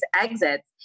exits